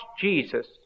Jesus